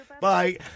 Bye